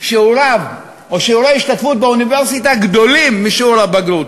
שיעוריו או שיעורי השתתפותו באוניברסיטה גדולים משיעור הבגרות.